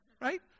right